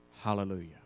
hallelujah